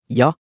ja